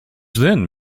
then